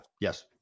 Yes